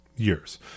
Years